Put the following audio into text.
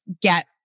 get